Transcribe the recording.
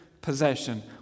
possession